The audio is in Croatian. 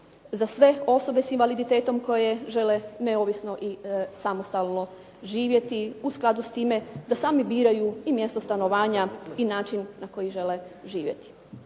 za sve osobe sa invaliditetom koje žele neovisno i samostalno živjeti u skladu sa time da sami biraju i mjesto stanovanja i način na koji žele živjeti.